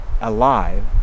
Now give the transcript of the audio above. alive